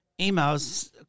emails